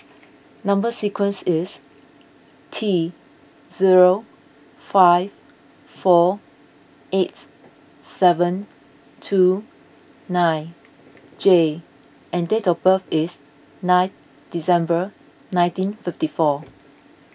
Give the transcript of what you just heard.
Number Sequence is T zero five four eight seven two nine J and date of birth is ninth December nineteen fifty four